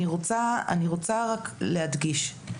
אני רוצה להדגיש,